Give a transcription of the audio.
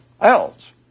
else